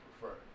prefer